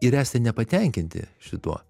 ir esat nepatenkinti šituo